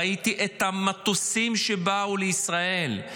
ראיתי את המטוסים שבאו לישראל,